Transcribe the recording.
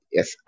Yes